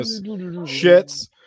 shits